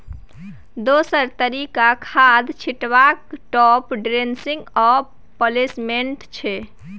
दोसर तरीका खाद छीटबाक टाँप ड्रेसिंग आ प्लेसमेंट छै